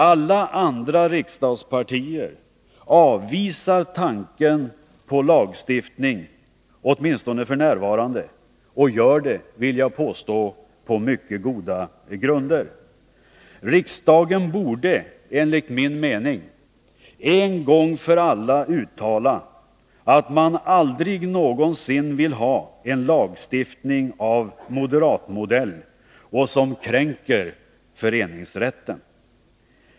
Alla andra riksdagspartier avvisar åtminstone f. n. tanken på lagstiftning, och det gör de — vill jag påstå — på mycket goda grunder. Riksdagen borde enligt min mening en gång för alla uttala att man aldrig någonsin vill ha en lagstiftning av moderatmodell, en lagstiftning som kränker föreningsrätten.